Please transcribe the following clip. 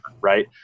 Right